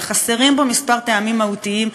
אבל חסרים בו כמה טעמים מהותיים,